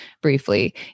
briefly